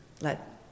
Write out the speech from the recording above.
let